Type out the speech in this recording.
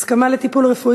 התוצאה: